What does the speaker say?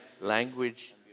Language